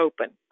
open